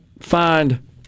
find